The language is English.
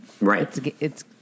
right